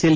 L